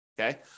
okay